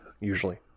usually